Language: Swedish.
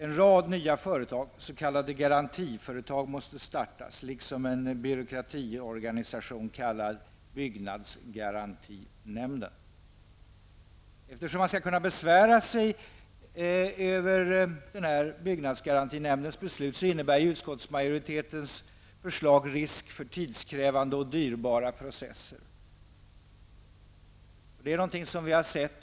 En rad nya företag, s.k. garantiföretag, måste startas liksom en ny byråkratiorganisation kallad byggnadsgarantinämnden. Eftersom man skall kunna besvära sig över byggnadsgarantinämndens beslut innebär utskottsmajoritetens förslag risk för tidskrävande och dyra processer.